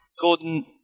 Gordon